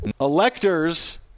Electors